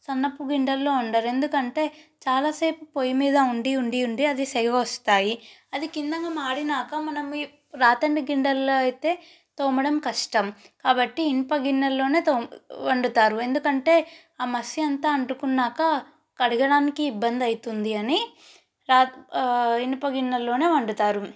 సన్నపు గిన్నెల్లో వండరు ఎందుకంటే చాలాసేపు పోయి మీద ఉండి ఉండి ఉండి అవి సెగ వస్తాయి అవి కిందగా మాడినాక మనం రాత్రి గిన్నెల్లో అయితే తోమడం కష్టం కాబట్టి ఇనుపగిన్నెలలో తోము వండుతారు ఎందుకంటే ఆ మసి అంతా అంటుకున్నాక కడగడానికి ఇబ్బంది అవుతుందని రాగి ఇనుపగిన్నెలలో వండుతారు